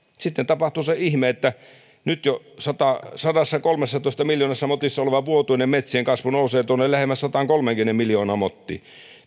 sitten tapahtuu se ihme että nyt jo sadassakolmessatoista miljoonassa motissa oleva vuotuinen metsien kasvu nousee lähemmäs sataankolmeenkymmeneen miljoonaan mottiin